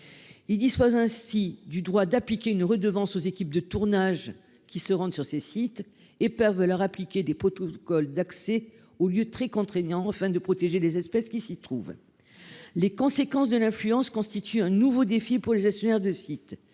Ils disposent ainsi du droit d'appliquer une redevance aux équipes de tournage qui se rendent sur ces sites et peuvent leur imposer des protocoles très contraignants d'accès aux lieux, afin de protéger les espèces qui s'y trouvent. Les conséquences de l'influence constituent un nouveau défi. C'est pourquoi je vous